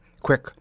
Quick